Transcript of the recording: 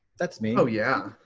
that's me. oh yeah.